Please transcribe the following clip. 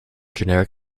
general